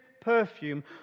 perfume